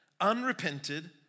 unrepented